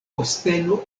posteno